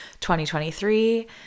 2023